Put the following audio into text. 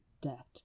debt